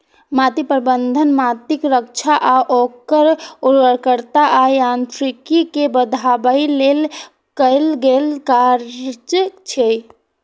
माटि प्रबंधन माटिक रक्षा आ ओकर उर्वरता आ यांत्रिकी कें बढ़ाबै लेल कैल गेल काज छियै